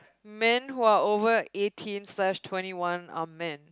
men who are over eighteen slash twenty one are men